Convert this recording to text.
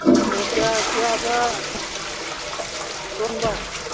ꯀꯌꯥꯗ ꯂꯣꯟꯕ